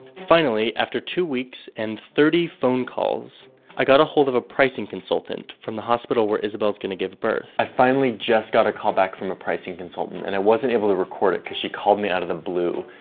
finally, after two weeks and thirty phone calls i got ahold of a pricing consultant from the hospital where isabel's going to give birth. i finally just got a call back from a pricing consultant and i wasn't able to record it because she called me out of the blue.